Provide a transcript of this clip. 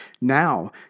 Now